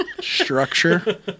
Structure